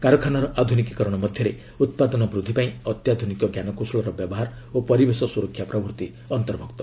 କାରଖାନାର ଆଧୁନିକୀକରଣ ମଧ୍ୟରେ ଉତ୍ପାଦନ ବୃଦ୍ଧି ପାଇଁ ଅତ୍ୟାଧୁନିକ ଜ୍ଞାନକୌଶଳର ବ୍ୟବହାର ଓ ପରିବେଶ ସୁରକ୍ଷା ପ୍ରଭୂତି ଅନ୍ତର୍ଭୁକ୍ତ